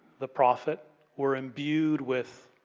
the prophet were imbued with